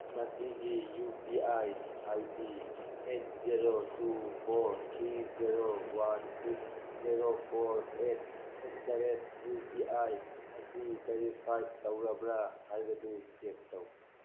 ꯃꯁꯤꯒꯤ U P I I D eight zero two four three zero one six zero four eight eight the rate U P I ꯑꯁꯤ verified ꯇꯧꯔꯕ꯭ꯔꯥ ꯍꯥꯏꯕꯗꯨ check ꯇꯧ